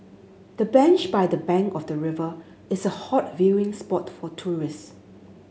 the bench by the bank of the river is a hot viewing spot for tourists